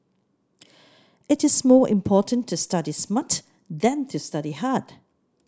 it is more important to study smart than to study hard